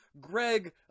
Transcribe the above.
Greg